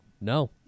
No